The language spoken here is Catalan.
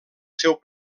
seu